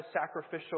sacrificial